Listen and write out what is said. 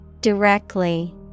Directly